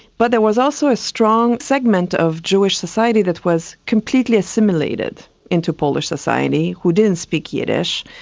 but there was also a strong segment of jewish society that was completely assimilated into polish society, who didn't speak yiddish,